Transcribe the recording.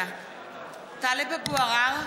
(קוראת בשמות חברי הכנסת) טלב אבו עראר,